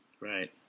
Right